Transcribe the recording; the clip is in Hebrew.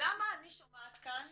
למה אני שומעת כאן